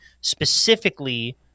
specifically